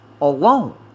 alone